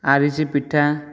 ଆରିସିପିଠା